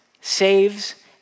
saves